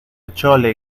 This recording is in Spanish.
chole